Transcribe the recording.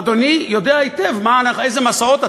אדוני יודע היטב איזה מסעות,